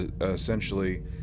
essentially